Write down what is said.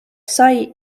sai